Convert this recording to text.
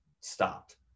stopped